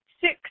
six